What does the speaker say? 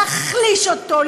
להחליש אותו,